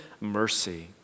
mercy